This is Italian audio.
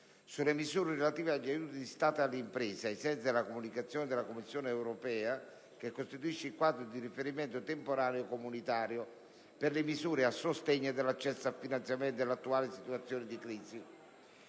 sulle misure relative agli aiuti di Stato alle imprese, ai sensi della Comunicazione della Commissione europea 2009/C16/01, che costituisce il quadro di riferimento temporaneo comunitario per le misure a sostegno dell'accesso al finanziamento nell'attuale situazione di crisi